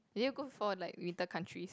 did you go for like little countries